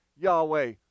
Yahweh